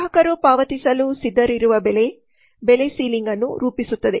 ಗ್ರಾಹಕರು ಪಾವತಿಸಲು ಸಿದ್ಧರಿರುವ ಬೆಲೆ ಬೆಲೆ ಸೀಲಿಂಗ್ ಅನ್ನು ರೂಪಿಸುತ್ತದೆ